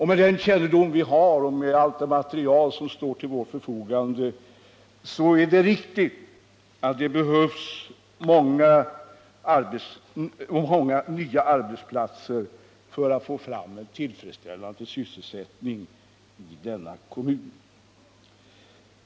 Med den kännedom därom som vi har och med hjälp av allt det material som stått till vårt förfogande tycker vi det är riktigt att framhålla att det behövs många nya arbetsplatser för att få till stånd tillfredsställande sysselsättning i denna kommun.